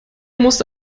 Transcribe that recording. musste